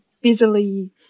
busily